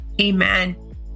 Amen